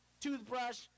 toothbrush